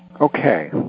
okay